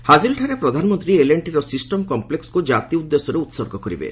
ହାଜିଲଠାରେ ପ୍ରଧାନମନ୍ତ୍ରୀ L and ଟିର system କମ୍ପ୍ଲେକ୍ସକୁ ଜାତି ଉଦ୍ଦେଶ୍ୟରେ ଉତ୍ସର୍ଗ କରିବେ